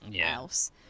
else